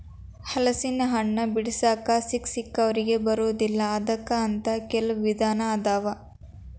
ಹಲಸಿನಹಣ್ಣ ಬಿಡಿಸಾಕ ಸಿಕ್ಕಸಿಕ್ಕವರಿಗೆ ಬರುದಿಲ್ಲಾ ಅದಕ್ಕ ಅಂತ ಕೆಲ್ವ ವಿಧಾನ ಅದಾವ